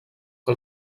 que